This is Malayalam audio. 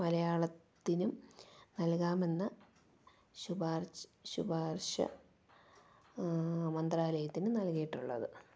മലയാളത്തിനും നൽകാമെന്ന ശുപാർശ മന്ത്രാലയത്തിന് നൽകിയിട്ടുള്ളത്